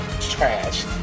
trash